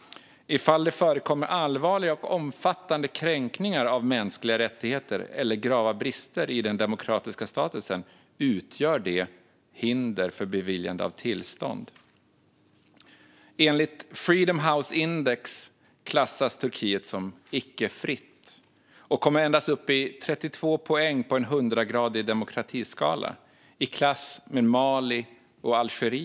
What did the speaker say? Ifall det förekommer allvarliga och omfattande kränkningar av mänskliga rättigheter eller grava brister i den demokratiska statusen utgör det hinder för beviljande av tillstånd." Freedom House klassar i sitt index Turkiet som icke-fritt. Landet kommer endast upp i 32 poäng på en hundragradig demokratiskala, vilket är i klass med Mali och Algeriet.